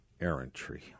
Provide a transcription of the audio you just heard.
errantry